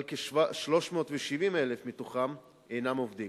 אבל כ-370,000 מתוכם אינם עובדים.